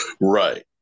right